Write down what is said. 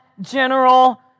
general